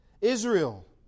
Israel